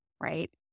right